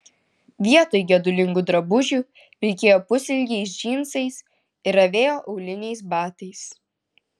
vietoj gedulingų drabužių vilkėjo pusilgiais džinsais ir avėjo auliniais batais